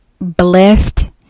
blessed